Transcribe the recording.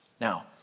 Now